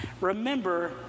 Remember